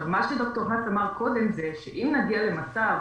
מה שד"ר האס אמר קודם, שאם נגיע למצב